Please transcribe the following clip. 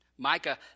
Micah